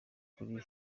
kuri